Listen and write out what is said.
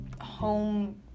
home